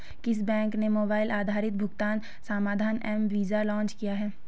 किस बैंक ने मोबाइल आधारित भुगतान समाधान एम वीज़ा लॉन्च किया है?